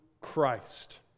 Christ